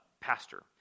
pastor